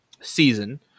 season